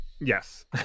Yes